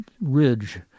ridge